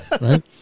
Right